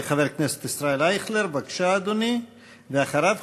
חבר הכנסת ישראל אייכלר, בבקשה, אדוני, ולאחריו,